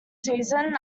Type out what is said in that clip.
season